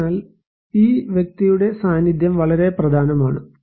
അതിനാൽ ഈ വ്യക്തിയുടെ സാന്നിധ്യം വളരെ പ്രധാനമാണ്